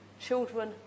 Children